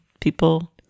people